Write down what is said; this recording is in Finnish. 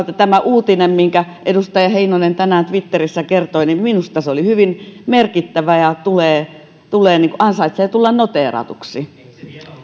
että minusta tämä uutinen minkä edustaja heinonen tänään twitterissä kertoi oli hyvin merkittävä ja tulee tulee ja ansaitsee tulla noteeratuksi